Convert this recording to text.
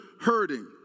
hurting